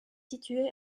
situé